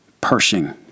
Pershing